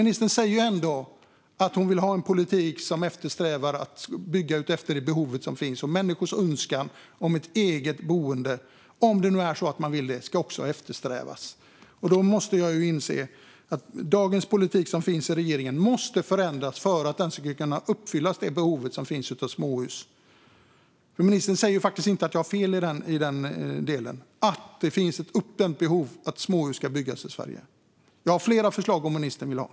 Ministern säger att hon vill ha en politik som eftersträvar att bygga utifrån de behov som finns; att människor ska kunna eftersträva ett eget boende. Regeringens politik i dag måste förändras för att den ska kunna uppfylla behovet av småhus. Ministern säger faktiskt inte att jag har fel i den delen, det vill säga att det finns ett uppdämt behov av att bygga småhus i Sverige. Jag har fler förslag, om ministern vill höra.